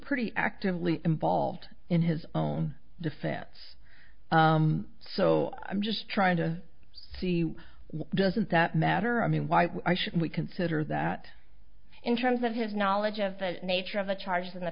pretty actively involved in his own defense so i'm just trying to see doesn't that matter i mean why should we consider that in terms of his knowledge of the nature of the charges in the